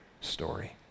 story